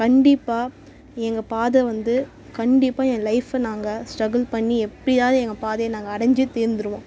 கண்டிப்பாக எங்கள் பாதை வந்து கண்டிப்பாக என் லைஃபை நாங்கள் ஸ்ட்ரகிள் பண்ணி எப்படியாவது எங்கள் பாதையை நாங்கள் அடைஞ்சே தீர்ந்துடுவோம்